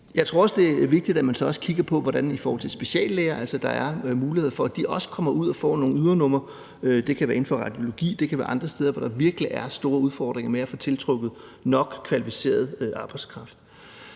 Jeg tror også, det er vigtigt, at man så også kigger på det i forhold til speciallæger, altså at der er mulighed for, at de også kommer ud og får nogle ydernumre; det kan være inden for radiologi, det kan være andre steder, hvor der virkelig er store udfordringer med at få tiltrukket nok kvalificeret arbejdskraft.